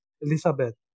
Elizabeth